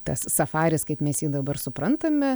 tas safaris kaip mes jį dabar suprantame